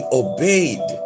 obeyed